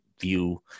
view